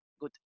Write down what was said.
good